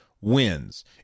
wins